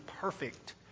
perfect